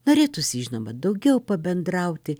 norėtųsi žinoma daugiau pabendrauti